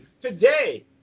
Today